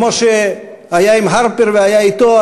כמו שהיה עם הרפר והיה אתו,